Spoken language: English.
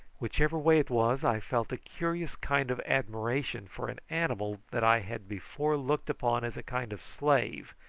whichever way it was, i felt a curious kind of admiration for an animal that i had before looked upon as a kind of slave,